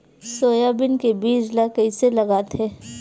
Soybean के बीज ल कइसे लगाथे?